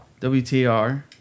WTR